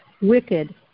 wicked